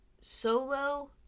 solo